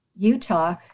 Utah